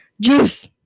juice